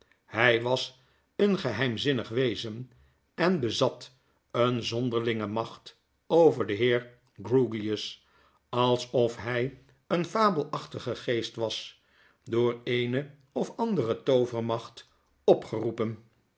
hy was een geheimzinnig wezen en bezat een zonderlinge macht over den heer grewgious alsof hy een fabelachtige geest was door eene of andere toovermacht opgeroepen